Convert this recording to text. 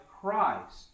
christ